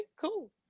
cool